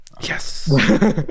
Yes